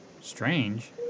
Strange